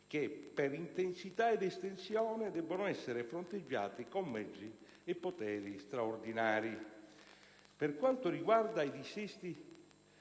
che, per intensità ed estensione, debbono essere fronteggiati con mezzi e poteri straordinari». Per quanto riguarda i dissesti